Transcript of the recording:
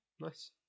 Nice